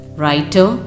writer